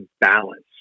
balance